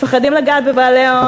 מפחדים לגעת בבעלי ההון,